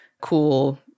cool